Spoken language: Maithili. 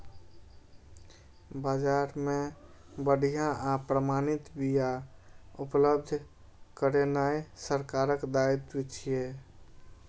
बाजार मे बढ़िया आ प्रमाणित बिया उपलब्ध करेनाय सरकारक दायित्व छियै